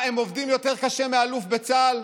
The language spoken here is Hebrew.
מה, הם עובדים יותר קשה מאלוף בצה"ל?